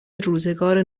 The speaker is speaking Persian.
روزگار